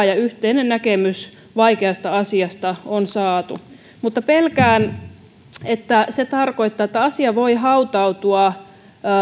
ja yhteinen näkemys vaikeasta asiasta on saatu mutta pelkään että se tarkoittaa että asia voi hautautua